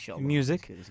music